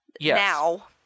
Now